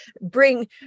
bring